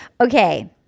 okay